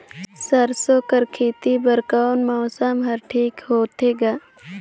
सरसो कर खेती बर कोन मौसम हर ठीक होथे ग?